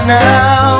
now